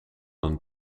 een